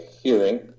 hearing